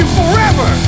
forever